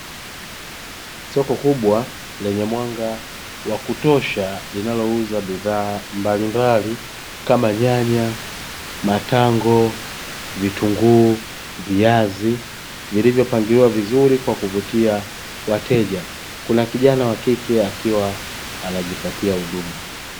Soko kubwa lenye mwanga wa kutosha linalouza bidhaa mbalimbali, kama: nyanya, matango, vitunguu, viazi vilivyopangiliwa vizuri kwa kuvutia wateja. Kuna kijana wa kike akiwa anajipatia huduma.